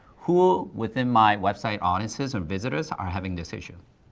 who within my website audiences or visitors are having this issue?